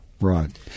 Right